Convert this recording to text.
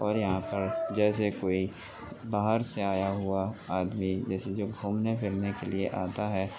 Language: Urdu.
اور یہاں پر جیسے کوئی باہر سے آیا ہوا آدمی جیسے کہ گھومنے پھرنے کے لیے آتا ہے